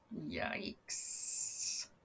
Yikes